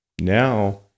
now